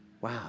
Wow